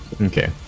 Okay